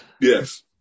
Yes